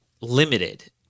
limited –